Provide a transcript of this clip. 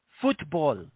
Football